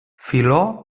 filó